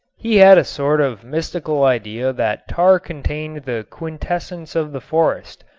he had a sort of mystical idea that tar contained the quintessence of the forest,